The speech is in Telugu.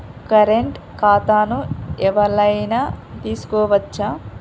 కరెంట్ ఖాతాను ఎవలైనా తీసుకోవచ్చా?